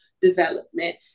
development